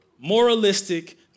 Moralistic